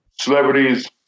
celebrities